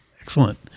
Excellent